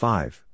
Five